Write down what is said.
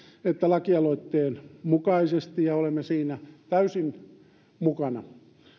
että lakialoitteen mukaisesti ja olemme siinä täysin mukana